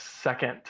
second